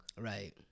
Right